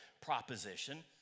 proposition